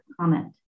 comment